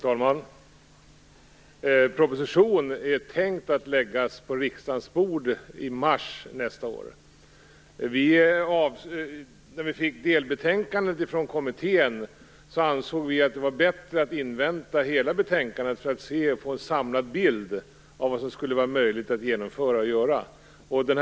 Fru talman! Proposition är tänkt att läggas på riksdagens bord i mars nästa år. När vi fick delbetänkandet från kommittén ansåg vi att det var bättre att invänta hela betänkandet för att få en samlad bild av vad som skulle vara möjligt att genomföra.